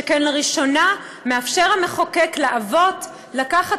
שכן לראשונה מאפשר המחוקק לאבות לקחת